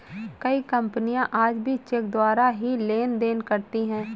कई कपनियाँ आज भी चेक द्वारा ही लेन देन करती हैं